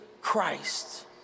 Christ